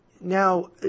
Now